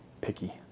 picky